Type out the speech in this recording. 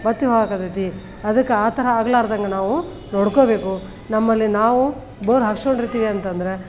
ಬತ್ತಿ ಹೋಗಕತ್ತೈತಿ ಅದಕ್ಕೆ ಆ ಥರ ಆಗಲಾರ್ದಂಗ ನಾವು ನೋಡ್ಕೊಬೇಕು ನಮ್ಮಲ್ಲಿ ನಾವು ಬೋರ್ ಹಾಕ್ಸ್ಕೊಂಡಿರ್ತೀವಿ ಅಂತಂದ್ರೆ